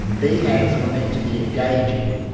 bhags were meant to be engaging,